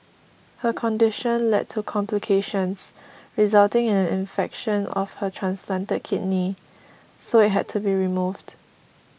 her condition led to complications resulting in an infection of her transplanted kidney so it had to be removed